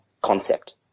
concept